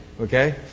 Okay